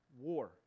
war